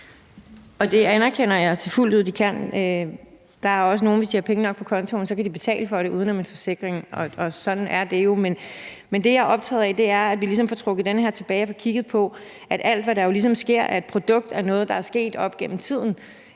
Det anerkender jeg fuldt ud at de kan. Der er også nogle, som, hvis de har penge nok på kontoen, kan betale for det uden om en forsikring. Og sådan er det jo. Men det, jeg er optaget af, er, at vi ligesom får trukket den her tilbage og får kigget på det, ud fra at alt, hvad der ligesom sker, jo er et produkt af noget, der er sket op igennem tiden,